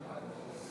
במתח,